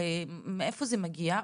מאיפה זה מגיע?